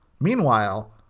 Meanwhile